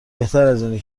بهترازاینه